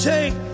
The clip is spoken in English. Take